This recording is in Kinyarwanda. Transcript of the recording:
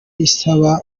isaba